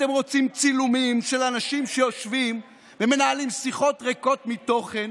אתם רוצים צילומים של אנשים שיושבים ומנהלים שיחות ריקות מתוכן